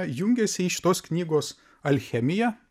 jungiasi į šitos knygos alchemiją